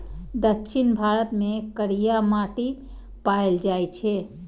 दक्षिण भारत मे करिया माटि पाएल जाइ छै